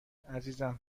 عزیزم